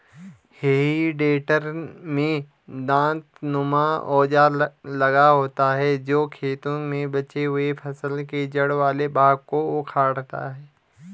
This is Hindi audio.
हेइ टेडर में दाँतनुमा औजार लगा होता है जो खेतों में बचे हुए फसल के जड़ वाले भाग को उखाड़ता है